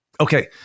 Okay